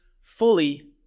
fully